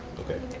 okay,